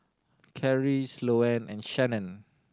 Karri Sloane and Shanon